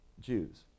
Jews